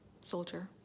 soldier